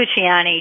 Luciani